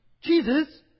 Jesus